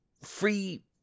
free